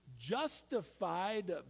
justified